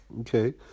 Okay